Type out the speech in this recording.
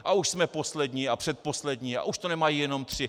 A už jsme poslední a předposlední a už to nemají jenom tři.